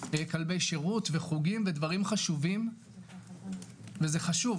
כלבי שירות וחוגים ודברים חשובים וזה חשוב,